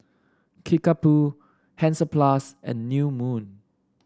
Kickapoo Hansaplast and New Moon